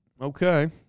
okay